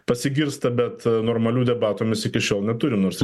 pasigirsta bet normalių debatų mes iki šiol neturim nors